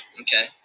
Okay